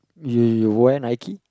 you you wore Nike